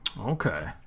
Okay